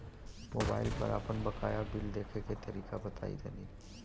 Mobile पर आपन बाकाया बिल देखे के तरीका बताईं तनि?